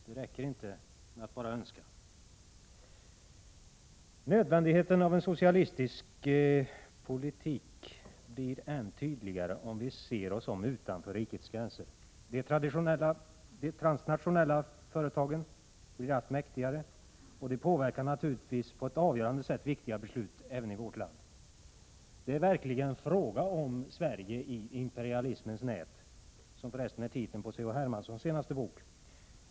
Det räcker inte att bara önska. Nödvändigheten av en socialistisk politik blir än tydligare om vi ser oss om utanför rikets gränser. De transnationella företagen blir allt mäktigare, och detta påverkar naturligtvis på ett avgörande sätt viktiga beslut även i vårt land. Det är verkligen fråga om Sverige i imperialismens nät, som för resten är titeln på C.-H. Hermanssons senaste bok.